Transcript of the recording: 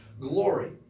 glory